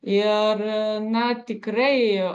ir na tikrai